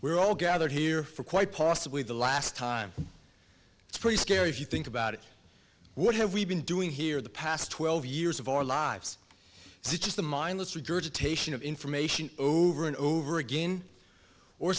we're all gathered here for quite possibly the last time it's pretty scary if you think about it what have we been doing here the past twelve years of our lives is just a mindless regurgitation of information over and over again or